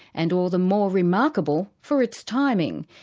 and all the more remarkable for its timing.